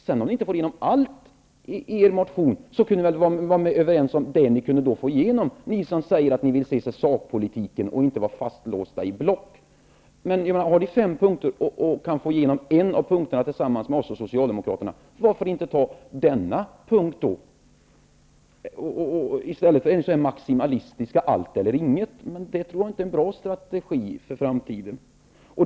Även om ni inte får igenom allt i er motion, kunde vi vara överens om det som går att få igenom -- ni som säger att ni vill se till sakpolitiken och inte vara fastlåsta i block. Om ni kan få igenom en av era fem punkter tillsammans med oss och Socialdemokraterna, varför inte ta denna punkt i stället för det maximalistiska allt eller intet? Det är inte en bra strategi för framtiden.